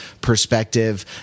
perspective